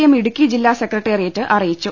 M Idukki ജില്ലാ secretariat അറിയിച്ചു